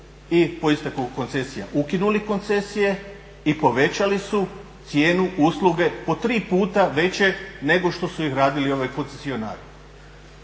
se po isteku koncesija ukinuli koncesije i povećali su cijenu usluge po tri puta veće nego što su ih radili koncesionari.